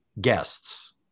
guests